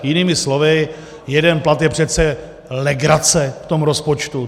Jinými slovy, jeden plat je přece legrace v tom rozpočtu.